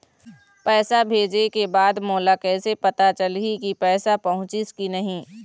पैसा भेजे के बाद मोला कैसे पता चलही की पैसा पहुंचिस कि नहीं?